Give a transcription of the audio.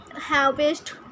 harvest